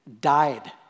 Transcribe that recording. died